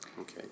Okay